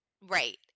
Right